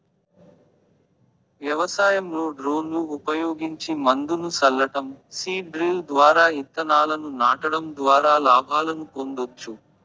వ్యవసాయంలో డ్రోన్లు ఉపయోగించి మందును సల్లటం, సీడ్ డ్రిల్ ద్వారా ఇత్తనాలను నాటడం ద్వారా లాభాలను పొందొచ్చు